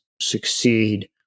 succeed